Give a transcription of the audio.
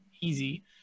Easy